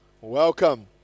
Welcome